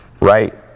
right